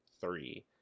three